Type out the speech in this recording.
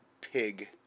pig